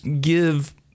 give